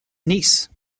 niece